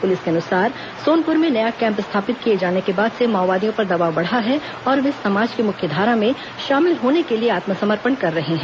police के अनुसार सोनपुर में नया कैम्प स्थापित किए जाने के बाद से माओवादियों पर दबाव बढ़ा है और वे समाज की मुख्यधारा में शामिल होने के लिए आत्मसमर्पण कर रहे हैं